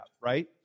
Right